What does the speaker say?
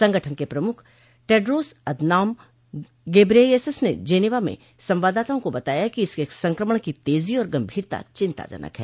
संगठन के प्रमुख टेडरोस अधनॉम गेब्रेयेसस ने जिनेवा में संवाददाताओं को बताया कि इसके संक्रमण की तेजी और गंभीरता चिन्ताजनक है